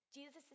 Jesus